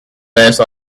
base